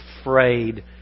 afraid